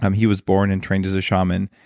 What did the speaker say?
um he was born and trained as a shaman,